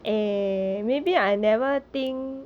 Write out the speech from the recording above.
eh maybe I never think